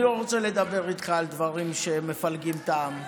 אני לא רוצה לדבר איתך על דברים שמפלגים את העם,